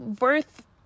worth